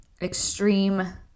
extreme